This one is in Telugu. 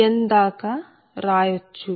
n రాయచ్చు